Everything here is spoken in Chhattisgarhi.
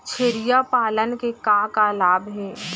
छेरिया पालन के का का लाभ हे?